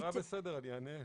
ההערה בסדר, אני אענה.